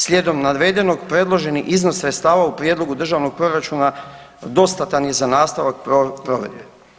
Slijedom navedenog predloženi iznos sredstava u prijedlogu državnog proračuna dostatan je za nastavak provedbe.